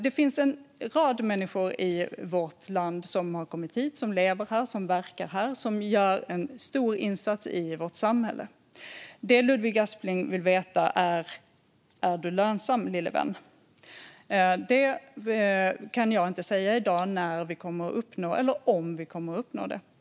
Det finns en rad människor som har kommit till vårt land, som lever och verkar här och gör en stor insats i vårt samhälle. Det Ludvig Aspling vill veta är: Är du lönsam lille vän? Jag kan inte säga i dag när eller om vi kommer att uppnå det.